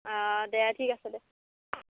অ' দে ঠিক আছে দে